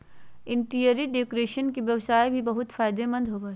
interior decoration के व्यवसाय भी बहुत फायदेमंद होबो हइ